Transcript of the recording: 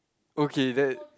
okay that